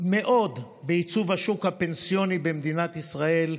מאוד בעיצוב השוק הפנסיוני במדינת ישראל,